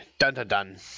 Dun-dun-dun